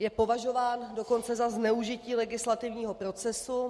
Je považován dokonce za zneužití legislativního procesu.